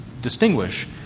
distinguish